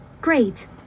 Great